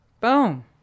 Boom